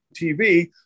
TV